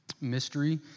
mystery